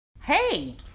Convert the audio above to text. Hey